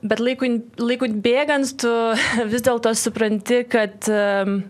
bet laikui laikui bėgant tu vis dėlto supranti kad